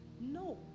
No